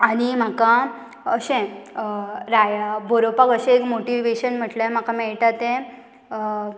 आनी म्हाका अशें राया बरोवपाक अशें एक मोटिवेशन म्हटल्यार म्हाका मेळटा तें